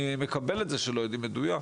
אני מקבל את זה שלא יודעים מדויק,